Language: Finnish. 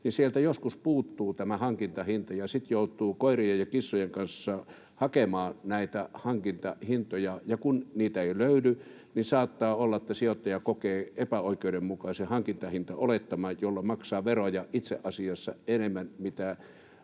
sieltä joskus puuttuu tämä hankintahinta, ja sitten joutuu koirien ja kissojen kanssa hakemaan näitä hankintahintoja. Ja kun niitä ei löydy, niin saattaa olla, että sijoittaja kokee epäoikeudenmukaiseksi sen hankintahintaolettaman, jolla maksaa veroja itse asiassa enemmän kuin